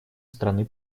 страны